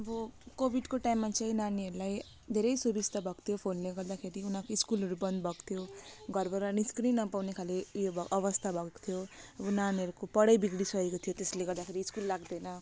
अब कोभिडको टाइममा चाहिँ नानीहरूलाई धेरै सुविस्ता भएको थियो फोनले गर्दाखेरि उनीहरूको स्कुलहरू बन्द भएको थियो घरबाट निस्किन नपाउने खाले यो अवस्था भएको थियो अब नानीहरूको पढाइ बिग्रिसकेको थियो त्यसले गर्दाखेरि स्कुल लाग्दैन